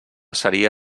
seria